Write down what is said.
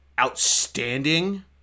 outstanding